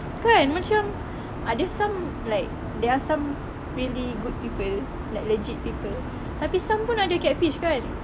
kan macam ada some like there are some really good people like legit people tapi some pun ada catfish kan